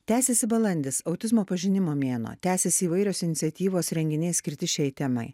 tęsiasi balandis autizmo pažinimo mėnuo tęsiasi įvairios iniciatyvos renginiai skirti šiai temai